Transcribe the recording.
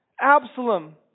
Absalom